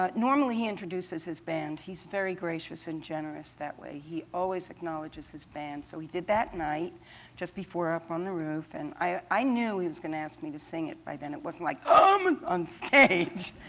ah normally he introduces his band. he's very gracious and generous that way he always acknowledges his band. so he did that night just before up on the roof. and i knew he was going to ask me to sing it by then. it wasn't like um and on stage.